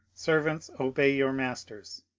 servants, obey your masters.